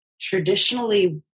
traditionally